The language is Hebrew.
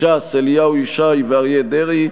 ש"ס: אליהו ישי ואריה דרעי.